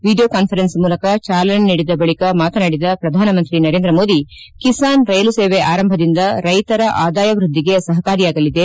video conference ಮೂಲಕ ಚಾಲನೆ ನೀಡಿದ ಬಳಿಕ ಮಾತನಾಡಿದ ಪ್ರಧಾನಮಂತ್ರಿ ನರೇಂದ್ರ ಮೋದಿ ಕಿಸಾನ್ ರೈಲು ಸೇವೆ ಆರಂಭದಿಂದ ರೈತರ ಆದಾಯ ವ್ಯದ್ಲಿಗೆ ಸಹಕಾರಿಯಾಗಲಿದೆ